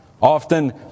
Often